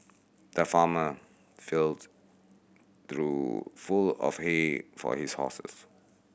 the farmer filled trough full of hay for his horses